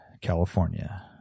California